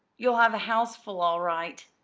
you'll have a houseful, all right!